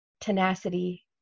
tenacity